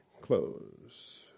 close